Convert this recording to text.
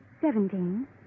Seventeen